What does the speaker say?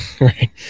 right